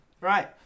Right